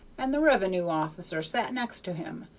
and the revenue officer sat next to him,